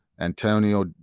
Antonio